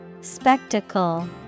Spectacle